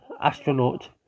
astronaut